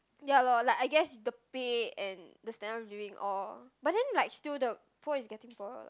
ya lor I guess the pay and the standard of living all but then like still the poor is getting poorer lah